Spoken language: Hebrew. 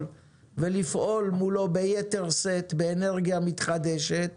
ולפעול מולו ביתר שאת באנרגיה מתחדשת,